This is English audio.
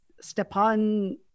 Stepan